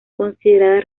considerada